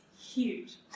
huge